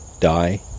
die